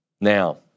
Now